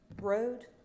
road